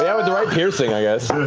yeah with the right piercing, i guess.